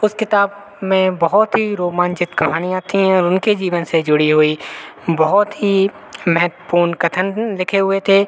उस किताब में बहुत ही रोमांचित कहानियाँ थीं और उनके जीवन से जुड़ी हुई बहुत ही महत्वपूर्ण कथन लिखे हुए थे